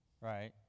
right